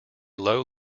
low